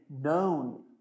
known